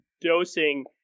dosing